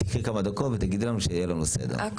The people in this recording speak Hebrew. תיקחי כמה דקות ותגידי לנו, שיהיה לנו סדר.